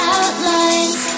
Outlines